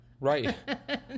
Right